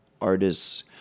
artists